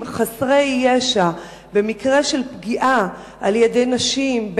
חסרי ישע במקרה של פגיעה על-ידי נשים,